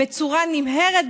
בצורה נמהרת,